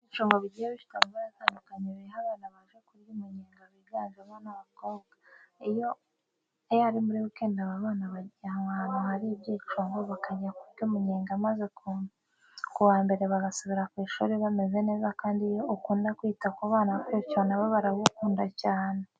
Ibyicungo bigiye bifite amabara atandukanye biriho abana baje kurya umunyenga biganjemo ab'abakobwa. Iyo ari muri weekend abana babajyana ahantu hari ibyicungo bakajya kurya umunyenga maze ku wa Mbere bagasubira ku ishuri bameze neza kandi iyo ukunda kwita ku bana gutyo na bo baragukunda cyane.